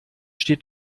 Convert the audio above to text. steht